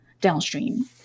downstream